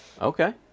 Okay